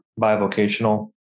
bivocational